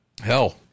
hell